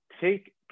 take